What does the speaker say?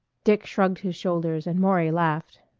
dick shrugged his shoulders and maury laughed.